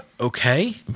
okay